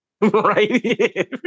Right